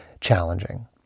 challenging